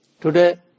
Today